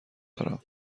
دارم